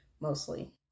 mostly